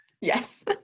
Yes